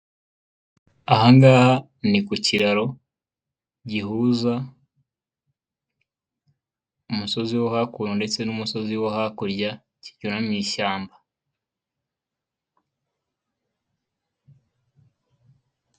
Aha ngaha ni ku kiraro gihuza umusozi wo hakuno ndetse n'umusozi wo hakurya, kigana mu ishyamba.